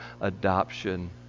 adoption